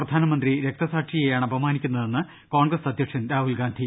പ്രധാനമന്ത്രി രക്തസാക്ഷിയെയാണ് അപമാനിക്കുന്നതെന്ന് കോൺഗ്രസ് അധ്യക്ഷൻ രാഹുൽ ഗാന്ധി